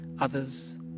others